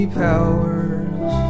powers